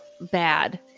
bad